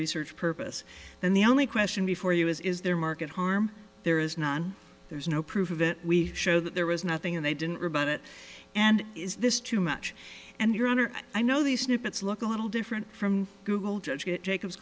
research purpose and the only question before you is is there market harm there is not there is no proof of it we show that there was nothing and they didn't rebut it and is this too much and your honor i know these snippets look a little different from google judgeship jacob